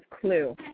Clue